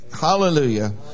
Hallelujah